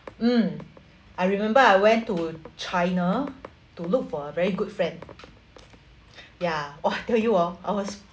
mm I remember I went to china to look for a very good friend ya !wah! tell you ah I was